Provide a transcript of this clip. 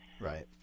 Right